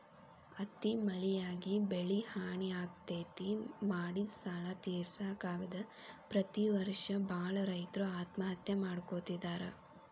ಅತಿ ಮಳಿಯಾಗಿ ಬೆಳಿಹಾನಿ ಆಗ್ತೇತಿ, ಮಾಡಿದ ಸಾಲಾ ತಿರ್ಸಾಕ ಆಗದ ಪ್ರತಿ ವರ್ಷ ಬಾಳ ರೈತರು ಆತ್ಮಹತ್ಯೆ ಮಾಡ್ಕೋತಿದಾರ